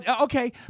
Okay